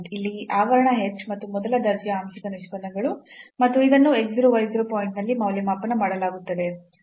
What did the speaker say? ಇಲ್ಲಿ ಈ ಆವರಣ h ಮತ್ತು ಮೊದಲ ದರ್ಜೆಯ ಆಂಶಿಕ ನಿಷ್ಪನ್ನಗಳು ಮತ್ತು ಇದನ್ನು x 0 y 0 ಪಾಯಿಂಟ್ನಲ್ಲಿ ಮೌಲ್ಯಮಾಪನ ಮಾಡಲಾಗುತ್ತದೆ